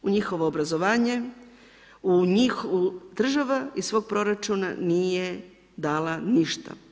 U njihovo obrazovanje, u njih država iz svog proračuna nije dala ništa.